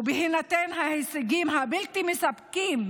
ובהינתן ההישגים הבלתי-מספקים